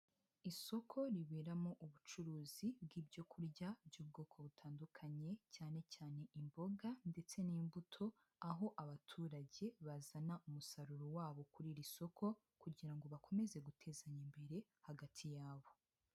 Isoko riberamo ubucuruzi bw'ibyo kurya by'ubwoko butandukanye cyane cyane imboga ndetse n'imbuto, aho abaturage bazana umusaruro wabo kuri iri soko kugira ngo bakomeze gutezanya imbere hagati yabo.